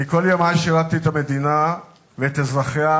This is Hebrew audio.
אני כל ימי שירתי את המדינה ואת אזרחיה,